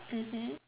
mmhmm